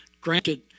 Granted